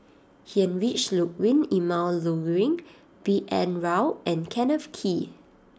Heinrich Ludwig Emil Luering B N Rao and Kenneth Kee